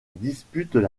disputent